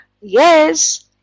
Yes